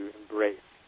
embrace